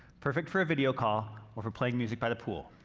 perfect for a video call or for playing music by the pool.